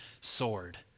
sword